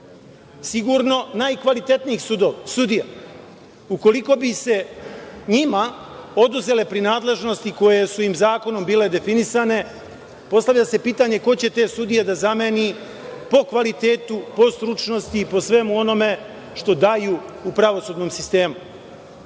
sigurno najkvalitetnijih sudija. Ukoliko bi se njima oduzele prinadležnosti koje su im zakonom bile definisane, postavlja se pitanje – ko će te sudije da zameni po kvalitetu, po stručnosti, po svemu onome što daju u pravosudnom sistemu? Naravno